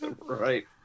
right